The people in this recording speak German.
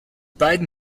beiden